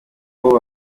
uko